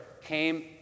came